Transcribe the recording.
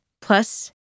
plus